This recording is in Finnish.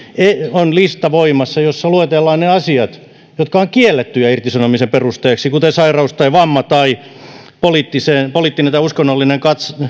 on voimassa lista jossa luetellaan ne asiat jotka ovat kiellettyjä irtisanomisen perusteena kuten sairaus vamma tai poliittinen tai uskonnollinen